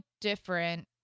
different